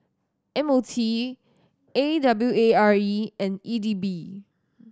M O T A W A R E and E D B